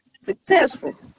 successful